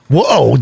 Whoa